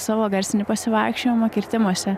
savo garsinį pasivaikščiojimą kirtimuose